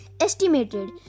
estimated